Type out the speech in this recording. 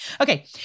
Okay